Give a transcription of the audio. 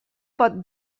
pot